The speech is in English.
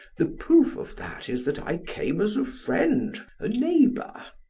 the proof of that is that i came as a friend, a neighbor.